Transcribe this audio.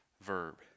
verb